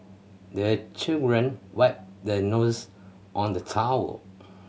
the children wipe their nose on the towel